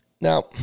Now